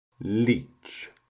leech